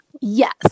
Yes